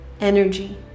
energy